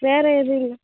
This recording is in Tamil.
வேறு எதுவும்